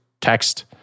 text